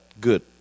good